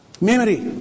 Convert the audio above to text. Memory